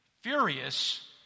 furious